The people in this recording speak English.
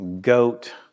goat